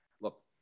Look